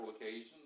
occasions